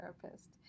therapist